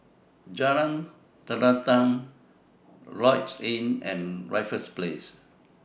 Jalan Terentang Lloyds Inn and Raffles Place